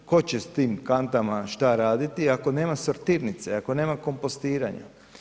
Tko će s tim kantama šta raditi, ako nema sortirnice, ako nema kompostiranja.